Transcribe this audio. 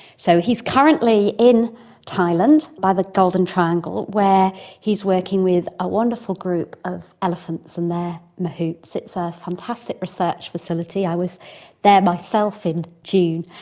so he's currently in thailand by the golden triangle where he's working with a wonderful group of elephants and their mahouts. it's a fantastic research facility, i was there myself in june,